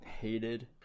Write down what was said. hated